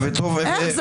איך זה?